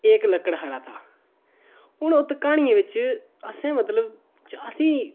एक लकड़हारा था हून उत्त क्हानियें बिच्च असें मतलब असें